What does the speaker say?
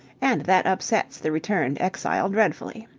and that upsets the returned exile dreadfully.